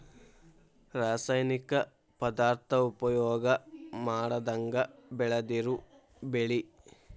ರಾಸಾಯನಿಕ ಪದಾರ್ಥಾ ಉಪಯೋಗಾ ಮಾಡದಂಗ ಬೆಳದಿರು ಬೆಳಿ